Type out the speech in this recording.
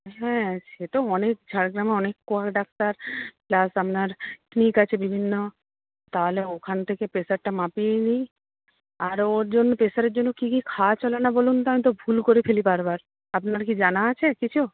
হ্যাঁ সে তো অনেক ঝাড়গ্রামে অনেক কোয়াক ডাক্তার প্লাস আপনার ক্লিনিক আছে বিভিন্ন তাহলে ওখান থেকে প্রেশারটা মাপিয়েই নিই আরও ওর জন্য প্রেশারের জন্য কী কী খাওয়া চলে না বলুন তো আমি তো ভুল করে ফেলি বার বার আপনার কি জানা আছে কিছু